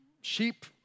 Sheep